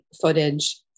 footage